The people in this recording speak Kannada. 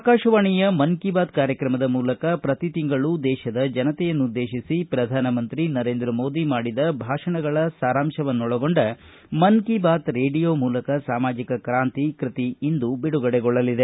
ಆಕಾಶವಾಣಿಯ ಮನ್ ಕಿ ಬಾತ್ಕಾರ್ಯಕ್ರಮದ ಮೂಲಕ ಪ್ರತಿ ತಿಂಗಳು ದೇಶದ ಜನತೆಯನ್ನುದ್ದೇಶಿಸಿ ಪ್ರಧಾನ ಮಂತ್ರಿ ನರೇಂದ್ರ ಮೋದಿ ಮಾಡಿದ ಭಾಷಣಗಳ ಸಾರಾಂಶಗಳನ್ನೊಳಗೊಂಡ ಮನ್ ಕಿ ಬಾತ್ ರೇಡಿಯೋ ಮೂಲಕ ಸಾಮಾಜಿಕ ಕ್ರಾಂತಿ ಕೃತಿ ಇಂದು ಬಿಡುಗಡೆಗೊಳ್ಳಲಿದೆ